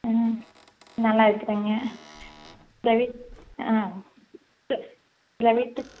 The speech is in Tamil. ம் நல்லா இருக்கிறேங்க ட்வெல் ஆ ட்வெல்த் ட்வெல்த்துக்